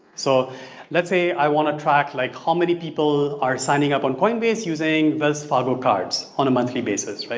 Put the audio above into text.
so let's say i want to track like how how many people are signing up on coinbase using wells fargo cards on a monthly basis. but